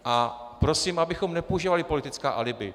A prosím, abychom nepoužívali politická alibi.